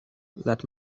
let